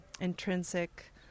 intrinsic